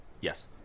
yes